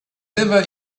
never